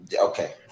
okay